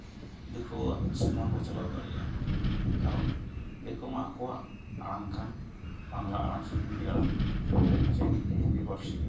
ᱫᱤᱠᱩᱣᱟᱜ ᱥᱚᱢᱟᱱ ᱵᱚᱱ ᱪᱟᱞᱟᱣ ᱫᱟᱲᱮᱭᱟᱜᱼᱟ ᱠᱟᱨᱚᱱ ᱫᱤᱠᱩ ᱢᱟ ᱟᱠᱚᱣᱟᱜ ᱟᱲᱟᱝ ᱠᱟᱱ ᱵᱟᱝᱞᱟ ᱟᱲᱟᱝ ᱥᱮ ᱦᱤᱱᱫᱤ ᱟᱲᱟᱝ ᱥᱮ ᱦᱤᱱᱫᱤ ᱯᱟᱹᱨᱥᱤ